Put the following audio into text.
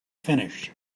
finished